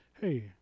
hey